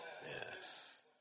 Yes